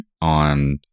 on